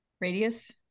radius